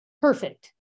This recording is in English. perfect